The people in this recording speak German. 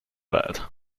weit